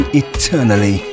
eternally